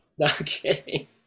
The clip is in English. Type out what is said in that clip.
Okay